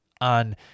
on